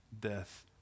death